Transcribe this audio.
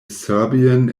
serbian